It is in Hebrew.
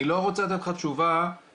אני לא רוצה לתת לך תשובה אופטימית.